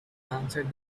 answered